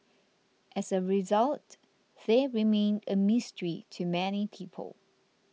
as a result they remain a mystery to many people